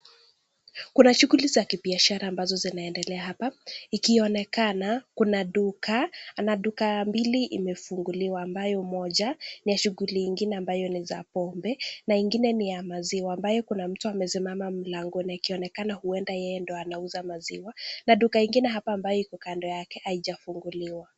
Kuna shughuli za biashara ambazo zinaendelea hapa, ikionekana kuna duka na duka mbili zimefunguliwa ambayo moja ni ya shughuli ingine ambayo ni za pombe, na ingine ni ya maziwa ambayo kuna mtu amesimama mlangoni ikionekana uenda yeye ndio anauza maziwa, na duka ingine hapa ambayo iko kando yake haija funguliwa.